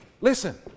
listen